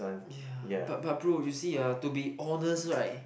ya but but bro you see ah to be honest [right]